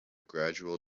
gradual